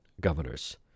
governors